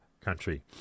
country